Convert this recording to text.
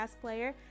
player